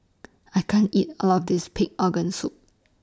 I can't eat All of This Pig Organ Soup